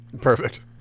perfect